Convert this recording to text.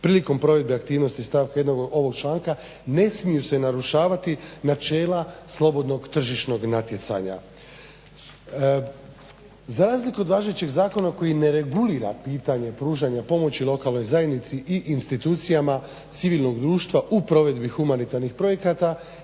Prilikom provedbe aktivnosti stavka 1. ovog članka ne smiju se narušavati načela slobodnog tržišnog natjecanja. Za razliku od važećeg zakona koji ne regulira pitanje pružanja pomoći lokalnoj zajednici i institucijama civilnog društva u provedbi humanitarnih projekata